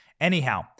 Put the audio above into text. Anyhow